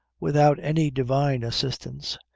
without any divine assistance,